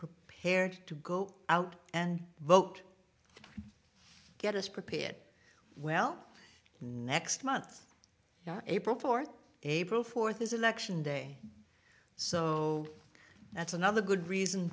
prepared to go out and vote get us prepared well next month april fourth april fourth is election day so that's another good reason